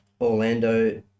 Orlando